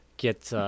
get